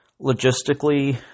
logistically